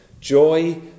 Joy